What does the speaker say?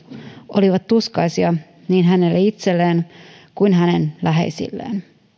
olivat tuskaisia niin hänelle itselleen kuin hänen läheisilleen